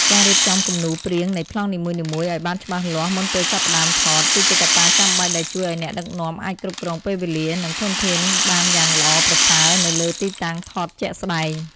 ការរៀបចំគំនូរព្រាងនៃប្លង់នីមួយៗឱ្យបានច្បាស់លាស់មុនពេលចាប់ផ្ដើមថត គឺជាកត្តាចាំបាច់ដែលជួយឱ្យអ្នកដឹកនាំអាចគ្រប់គ្រងពេលវេលា និងធនធានបានយ៉ាងល្អប្រសើរនៅលើទីតាំងថតជាក់ស្ដែង។